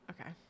okay